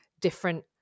different